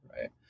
right